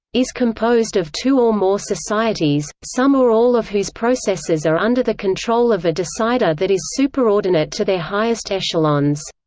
is composed of two or more societies, some or all of whose processes are under the control of a decider that is superordinate to their highest echelons.